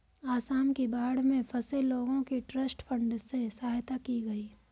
आसाम की बाढ़ में फंसे लोगों की ट्रस्ट फंड से सहायता की गई